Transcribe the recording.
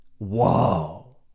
Whoa